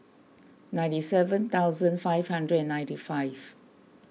ninety seven thousand five hundred and ninety five